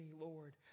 Lord